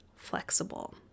flexible